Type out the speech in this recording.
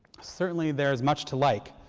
certainly there is much to like.